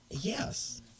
Yes